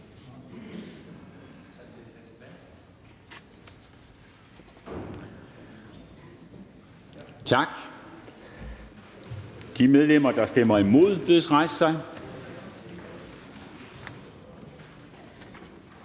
Tak. De medlemmer, der stemmer imod, bedes rejse sig.